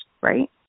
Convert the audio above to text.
right